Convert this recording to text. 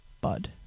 bud